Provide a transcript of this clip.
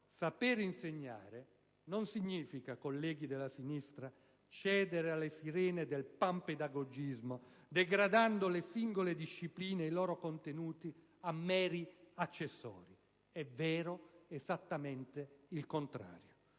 saper insegnare non significa, colleghi della sinistra, cedere alle sirene del panpedagogismo degradando le singole discipline e i loro contenuti a meri accessori. È vero esattamente il contrario.